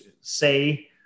say